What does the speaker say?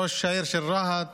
ראש העיר של רהט